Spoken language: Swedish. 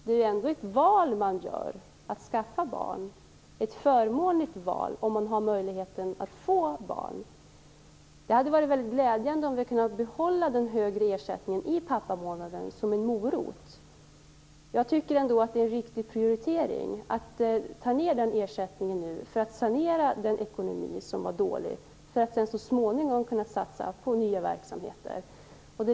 Det är ju ändå ett val man gör, dvs. att skaffa barn, och det är ett förmånligt val om man har möjligheten att få barn. Det hade varit väldigt glädjande om vi hade kunnat behålla den högre ersättningen i pappamånaden som en morot. Men jag tycker ändå att det är en riktig prioritering att sänka den ersättningen nu för att sanera den ekonomi som var dålig för att sedan så småningom kunna satsa på nya verksamheter.